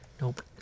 Nope